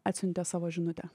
atsiuntė savo žinutę